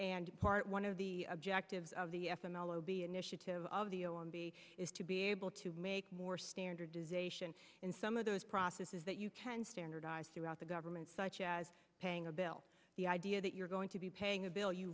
and part one of the objectives of the f m l o b initiative of the o m b is to be able to make more standardization in some of those processes that you can standardize throughout the government such as paying a bill the idea that you're going to be paying a bill you